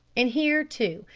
and here, too,